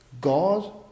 God